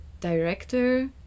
director